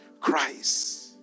Christ